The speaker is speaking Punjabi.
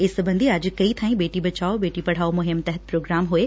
ਇਸ ਸਬੰਧੀ ਅੱਜ ਕਈ ਬਾਈ ਬੇਟੀ ਬਚਾਓ ਬੇਟੀ ਪੜਾਓ ਮੁਹਿੰਮ ਤਹਿਤ ਪੋਗਰਾਮ ਹੋਏ